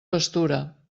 pastura